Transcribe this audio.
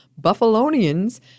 Buffalonians